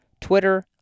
Twitter